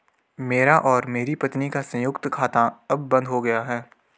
मेरा और मेरी पत्नी का संयुक्त खाता अब बंद हो गया है